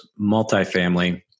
multifamily